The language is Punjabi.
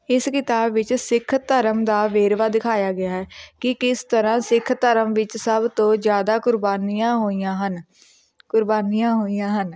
ਇਸ ਕਿਤਾਬ ਵਿੱਚ ਸਿੱਖ ਧਰਮ ਦਾ ਵੇਰਵਾ ਦਿਖਾਇਆ ਗਿਆ ਕਿ ਇਸ ਤਰ੍ਹਾਂ ਸਿੱਖ ਧਰਮ ਵਿੱਚ ਸਭ ਤੋਂ ਜ਼ਿਆਦਾ ਕੁਰਬਾਨੀਆਂ ਹੋਈਆਂ ਹਨ ਕੁਰਬਾਨੀਆਂ ਹੋਈਆਂ ਹਨ